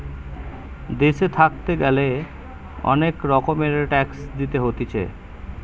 দেশে থাকতে গ্যালে অনেক রকমের ট্যাক্স দিতে হতিছে